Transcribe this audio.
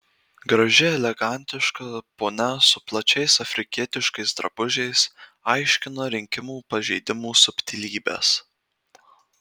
graži elegantiška ponia su plačiais afrikietiškais drabužiais aiškina rinkimų pažeidimų subtilybes